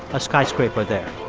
a skyscraper there.